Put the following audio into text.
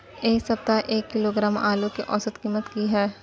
ऐ सप्ताह एक किलोग्राम आलू के औसत कीमत कि हय?